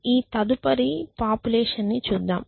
ఈ తదుపరి పాపులేషన్ ని చూద్దాం